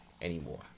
anymore